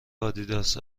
آدیداس